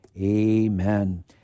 Amen